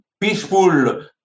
peaceful